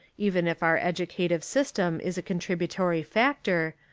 even if our educative system is a contributory factor,